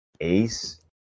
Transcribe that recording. Ace